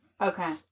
okay